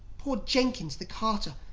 poor jenkins the carter,